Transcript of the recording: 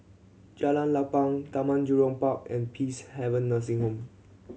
Jalan Lapang Taman Jurong Park and Peacehaven Nursing Home